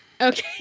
Okay